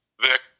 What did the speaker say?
Vic